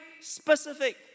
specific